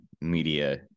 media